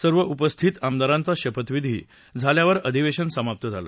सर्व उपस्थित आमदारांचा शपथविधी झाल्यानंतर अधिवेशन समाप्त झालं